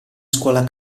scuola